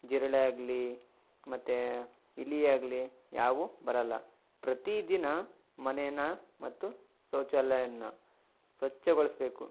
ಜಿರಳೆ ಆಗಲಿ ಮತ್ತು ಇಲಿ ಆಗಲಿ ಯಾವೂ ಬರೋಲ್ಲ ಪ್ರತಿ ದಿನ ಮನೇನ್ನ ಮತ್ತು ಶೌಚಾಲಯವನ್ನ ಸ್ವಚ್ಛಗೊಳಿಸ್ಬೇಕು